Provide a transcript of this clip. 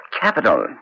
Capital